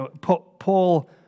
Paul